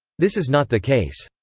this is not the case.